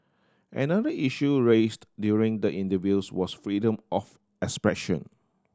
another issue raised during the interviews was freedom of expression